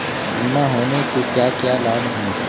बीमा होने के क्या क्या लाभ हैं?